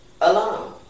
alone